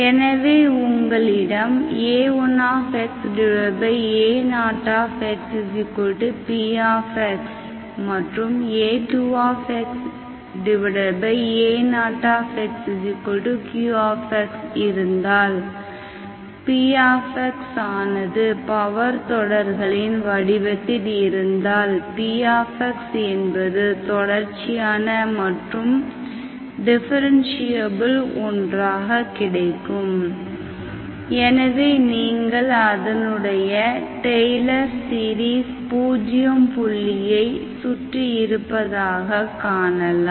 எனவே உங்களிடம் a1xa0xpx மற்றும் a2xa0xqx இருந்தால் px ஆனது பவர் தொடர்களின் வடிவத்தில் இருந்தால் px என்பது தொடர்ச்சியான மற்றும் டிஃபரென்ஷியபிள் ஒன்றாக கிடைக்கும் எனவே நீங்கள் அதனுடைய டெய்லர் சீரிஸ் பூஜ்ஜியம் புள்ளியை சுற்றி இருப்பதாக காணலாம்